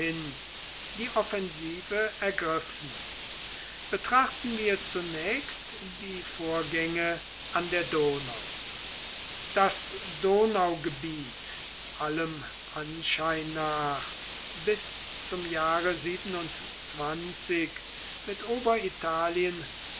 die offensive ergriffen betrachten wir zunächst die vorgänge an der donau das donaugebiet allem anschein nach bis zum jahre mit